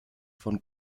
von